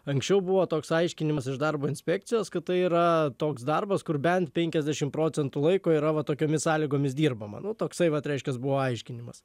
anksčiau buvo toks aiškinimas iš darbo inspekcijos kad tai yra toks darbas kur bent penkiasdešim procentų laiko yra va tokiomis sąlygomis dirbama nu toksai vat reiškias buvo aiškinimas